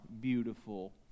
beautiful